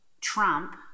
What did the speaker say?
Trump